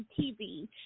TV